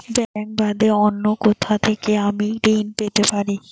Bank বাদে অন্য কোথা থেকে আমি ঋন পেতে পারি?